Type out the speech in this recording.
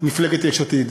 מפלגת יש עתיד.